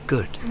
Good